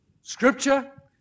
Scripture